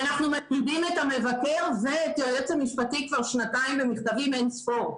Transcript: אנחנו מציידים את המבקר ואת היועץ המשפטי כבר שנתיים במכתבים אינספור,